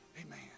Amen